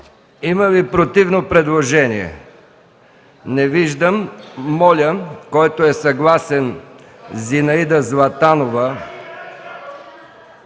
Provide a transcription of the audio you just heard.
Има ли противно предложение? Не виждам. Моля, който е съгласен Зинаида Златанова